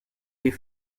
die